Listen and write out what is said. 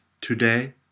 today